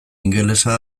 ingelesa